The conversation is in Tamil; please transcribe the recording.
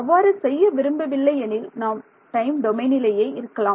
அவ்வாறு செய்ய விரும்பவில்லை எனில் நாம் டைம் டொமைனிலேயே இருக்கலாம்